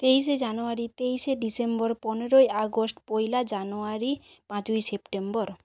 তেইশে জানুয়ারি তেইশে ডিসেম্বর পনেরোই আগস্ট পয়লা জানুয়ারি পাঁচই সেপ্টেম্বর